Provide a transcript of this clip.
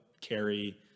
carry